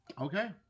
Okay